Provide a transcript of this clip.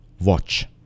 Watch